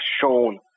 shown